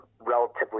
relatively